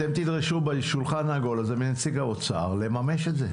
אתם תדרשו בשולחן עגול הזה מנציג האוצר לממש את זה,